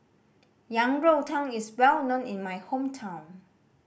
Yang Rou Tang is well known in my hometown